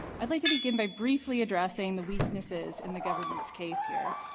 i'd like to begin by briefly addressing the weaknesses in the government's case here.